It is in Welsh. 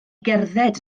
gerdded